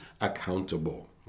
accountable